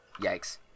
Yikes